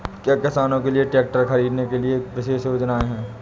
क्या किसानों के लिए ट्रैक्टर खरीदने के लिए विशेष योजनाएं हैं?